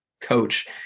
Coach